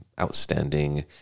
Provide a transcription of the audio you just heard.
outstanding